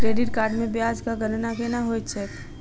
credit card मे ब्याजक गणना केना होइत छैक